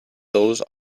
those